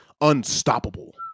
unstoppable